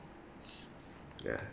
ya